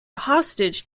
hostage